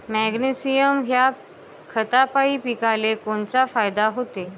Magnesium ह्या खतापायी पिकाले कोनचा फायदा होते?